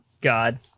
God